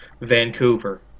Vancouver